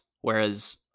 Whereas